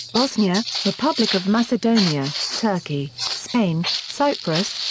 bosnia, republic of macedonia, turkey, spain, cyprus,